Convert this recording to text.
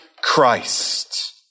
Christ